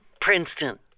Princeton